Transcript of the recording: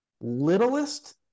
littlest